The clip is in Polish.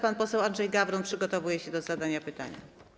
Pan poseł Andrzej Gawron przygotowuje się do zadania pytania.